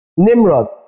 Nimrod